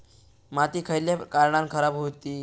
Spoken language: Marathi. माती खयल्या कारणान खराब हुता?